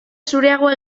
zureagoa